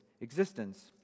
existence